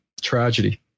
tragedy